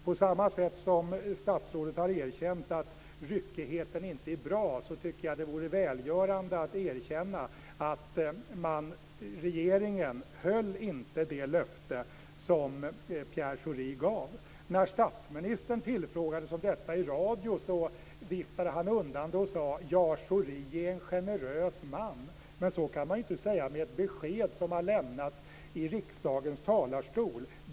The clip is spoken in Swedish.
På samma sätt som statsrådet har erkänt att ryckigheten inte är bra, vore det välgörande att erkänna att regeringen inte höll det löfte som Pierre Schori gav. När statsministern tillfrågades i radio, viftade han undan frågan och sade att Schori är en generös man. Men så går det inte att säga om besked som har lämnats i riksdagens talarstol.